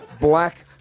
Black